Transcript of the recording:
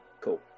Cool